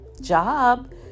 job